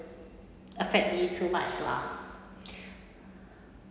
affect me too much lah